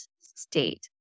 state